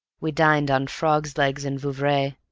we dined on frogs' legs and vouvray,